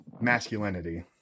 masculinity